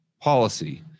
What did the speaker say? policy